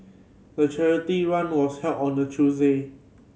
the charity run was held on a Tuesday